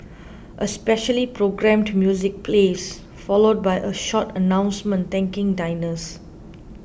a specially programmed music plays followed by a short announcement thanking diners